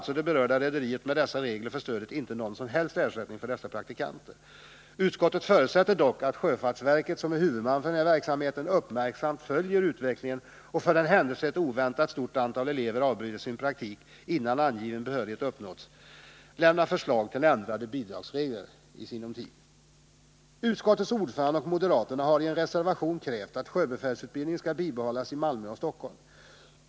Då får det berörda rederiet genom dessa regler om stödet inte någon som helst ersättning. Utskottet förutsätter dock att sjöfartsverket, som är huvudman för verksamheten, uppmärksamt följer utvecklingen samt att man, för den händelse ett oväntat stort antal elever skulle avbryta sin praktik innan angiven behörighet erhållits, i sinom tid lämnar förslag till ändrade bidragsregler. Utskottets ordförande och moderata samlingspartiet har i en reservation krävt att sjöbefälsutbildningen skall bibehållas i Malmö och Stockholm.